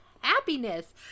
happiness